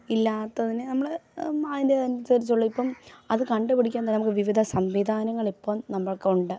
ഇല്ലാത്തതിനെ നമ്മള് അതിൻ്റെയനുസരിച്ചുള്ള ഇപ്പം അത് കണ്ടുപിടിക്കാൻ തന്നെ നമുക്ക് വിവിധ സംവിധാനങ്ങളിപ്പം നമ്മൾക്കുണ്ട്